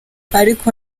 ariko